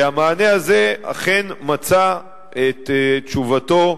והמענה הזה אכן מצא את תשובתו,